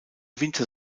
winter